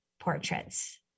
portraits